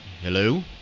Hello